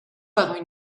par